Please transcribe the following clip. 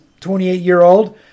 28-year-old